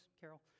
Carol